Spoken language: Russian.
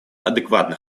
адекватных